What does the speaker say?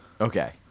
Okay